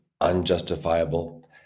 unjustifiable